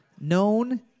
known